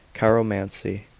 chiromancy,